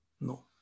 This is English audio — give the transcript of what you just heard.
No